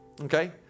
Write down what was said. okay